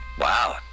Wow